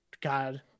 God